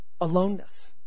aloneness